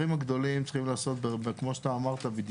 הגדולים צריכים להיעשות כמו שאתה אמרת,